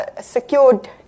secured